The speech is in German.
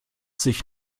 sich